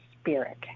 spirit